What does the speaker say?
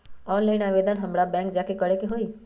Online आवेदन हमरा bank जाके करे के होई?